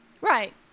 right